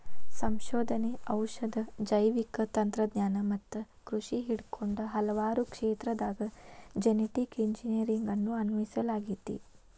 ಸಂಶೋಧನೆ, ಔಷಧ, ಜೈವಿಕ ತಂತ್ರಜ್ಞಾನ ಮತ್ತ ಕೃಷಿ ಹಿಡಕೊಂಡ ಹಲವಾರು ಕ್ಷೇತ್ರದಾಗ ಜೆನೆಟಿಕ್ ಇಂಜಿನಿಯರಿಂಗ್ ಅನ್ನು ಅನ್ವಯಿಸಲಾಗೆತಿ